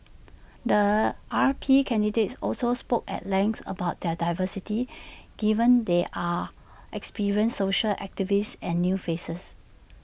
the R P candidates also spoke at length about their diversity given there are experienced social activists and new faces